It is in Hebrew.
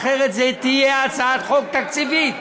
אחרת זו תהיה הצעת חוק תקציבית.